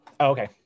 Okay